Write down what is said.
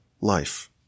life